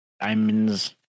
Diamonds